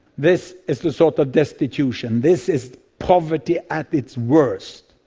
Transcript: this is the sort of destitution, this is poverty at its worst,